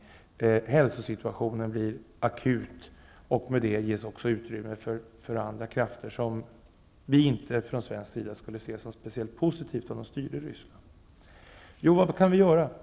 Om hälsosituationen blir akut, ges också utrymme för andra krafter, som vi inte från svensk sida skulle se som speciellt positivt om de styrde Ryssland. Vad kan vi göra?